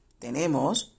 Tenemos